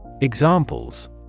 Examples